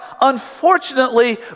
unfortunately